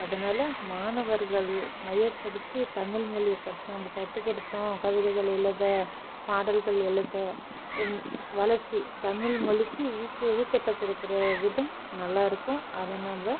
அதனால் மாணவர்கள் மையப்படுத்தி தமிழ்மொழி நம்ப கற்றுக் கொடுத்தோம் கவிதைகள் எழுத பாடல்கள் எழுத வளர்ச்சி தமிழ் மொழிக்கு ஊக்கு ஊக்கத்தை கொடுக்குற விதம் நல்லாருக்கும் அதை நம்ப